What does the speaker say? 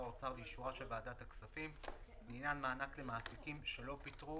האוצר לאישורה של ועדת הכספים לעניין מענק למעסיקים שלא פיטרו